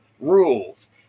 rules